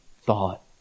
thought